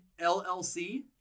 LLC